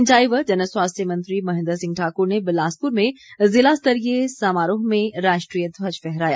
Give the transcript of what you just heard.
सिंचाई व जन स्वास्थ्य मंत्री महेन्द्र सिंह ठाकुर ने बिलासपुर में ज़िलास्तरीय समारोह में राष्ट्रीय ध्वज फहराया